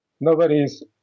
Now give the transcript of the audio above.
nobody's